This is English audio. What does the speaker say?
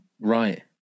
right